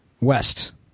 West